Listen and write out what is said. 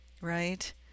right